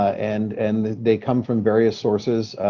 and and they come from various sources.